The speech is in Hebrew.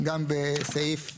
גם בסעיף 41,